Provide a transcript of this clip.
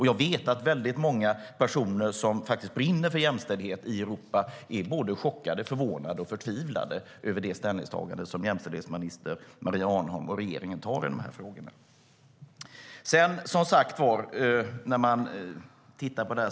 Jag vet att många personer som brinner för jämställdhet i Europa är chockade, förvånade och förtvivlade över det ställningstagande som jämställdhetsminister Maria Arnholm och regeringen gör i de här frågorna.